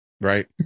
Right